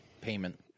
payment